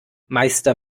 meister